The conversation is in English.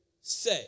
say